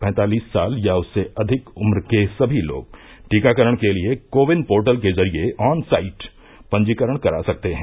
पैंतालीस साल या उससे अधिक उम्र के सभी लोग टीकाकरण के लिए को विन पोर्टल के जरिए ऑनसाइट पंजीकरण करा सकते हैं